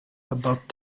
about